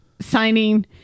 signing